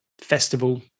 festival